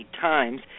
times